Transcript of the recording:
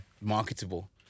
Marketable